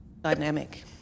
dynamic